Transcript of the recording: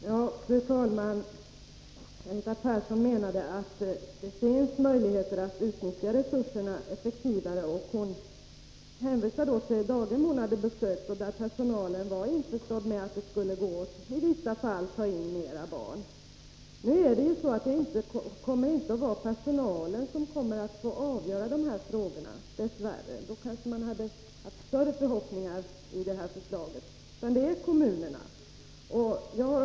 Fru talman! Anita Persson menade att det finns möjligheter att utnyttja resurserna effektivare. Hon hänvisade då till ett daghem som hon hade besökt, där man bland personalen var överens om att det i vissa fall skulle gå att ta in fler barn. Men det kommer dess värre inte att vara personalen som får avgöra dessa frågor, utan det kommer kommunerna att göra. Om personalen hade fått bestämma kanske man kunnat ha större förhoppningar.